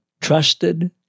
trusted